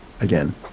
again